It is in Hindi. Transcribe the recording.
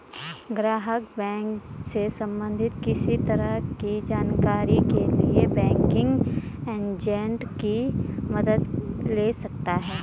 ग्राहक बैंक से सबंधित किसी तरह की जानकारी के लिए बैंकिंग एजेंट की मदद ले सकता है